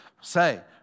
Say